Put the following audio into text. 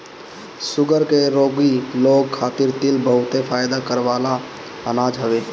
sugar के रोगी लोग खातिर तिल बहुते फायदा करेवाला अनाज हवे